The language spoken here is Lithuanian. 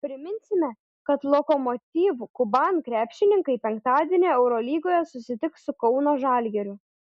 priminsime kad lokomotiv kuban krepšininkai penktadienį eurolygoje susitiks su kauno žalgiriu